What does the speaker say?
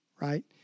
Right